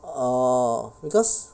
oh because